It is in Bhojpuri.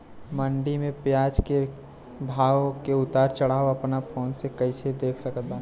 मंडी मे प्याज के भाव के उतार चढ़ाव अपना फोन से कइसे देख सकत बानी?